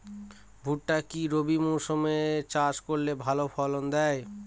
ভুট্টা কি রবি মরসুম এ চাষ করলে ভালো ফলন দেয়?